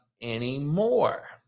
anymore